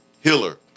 Hiller